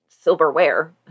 silverware